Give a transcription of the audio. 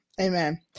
amen